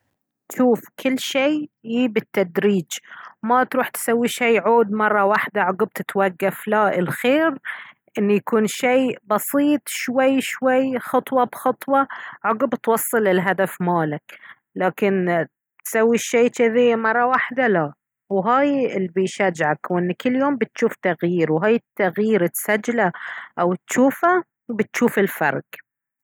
شوف كل شي يي بالتدريج ما تروح تسوي شي عود مرة واحدة عقب تتوقف لا الخير ان يكون شي بسيط شوي شوي خطوة بخطوة عقب توصل الهدف مالك لكن تسوي الشي جذي مرة واحدة لا وهاي الي بيشجعك وان كل يوم بتشوف تغيير وهاي التغيير تسجله او تشوفه وبتشوف الفرق